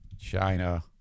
China